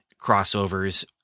crossovers